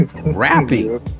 rapping